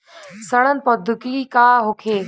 सड़न प्रधौगिकी का होखे?